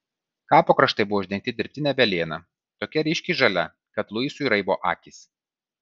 kapo kraštai buvo uždengti dirbtine velėna tokia ryškiai žalia kad luisui raibo akys